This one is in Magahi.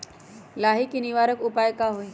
लाही के निवारक उपाय का होई?